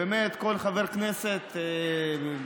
באמת, כל חבר כנסת, ואני,